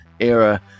era